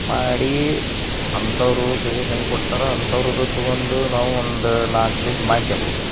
ಮಾಡಿ ಅಂಥವರು ಸಜೇಶನ್ ಕೊಡ್ತಾರೆ ಅಂಥವ್ರದು ತೊಗೊಂಡು ನಾವು ಒಂದು ನಾಲ್ಕು ದುಡ್ಡು ಮಾಡ್ಕ್ಯಬೌದು